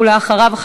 ואחריו,